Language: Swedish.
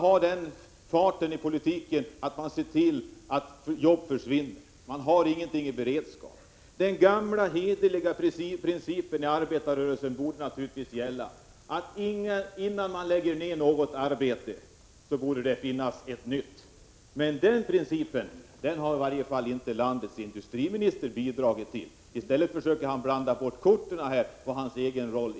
Man för en politik som gör att jobb försvinner. Man har ingenting i beredskap. Den gamla hederliga principen inom arbetarrörelsen borde naturligtvis gälla, att man innan man lägger ner arbeten ser till att det finns nya. Att efterleva denna princip har i varje fall landets industriminister inte bidragit till. Han försökte här blanda bort korten när det gäller hans egen roll.